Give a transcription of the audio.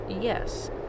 Yes